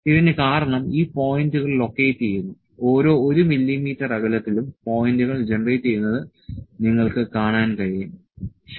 ഇതിന് കാരണം ഈ പോയിന്റുകൾ ലൊക്കേറ്റ് ചെയ്യുന്നു ഓരോ 1 മില്ലീമീറ്റർ അകലത്തിലും പോയിന്റുകൾ ജനറേറ്റുചെയ്യുന്നത് നിങ്ങൾക്ക് കാണാൻ കഴിയും ശരി